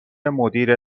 مدیر